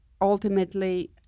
ultimately